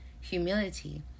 humility